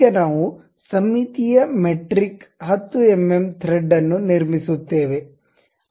ಈಗ ನಾವು ಸಮ್ಮಿತೀಯ ಮೆಟ್ರಿಕ್ 10 ಎಂಎಂ ಥ್ರೆಡ್ ಅನ್ನು ನಿರ್ಮಿಸುತ್ತೇವೆ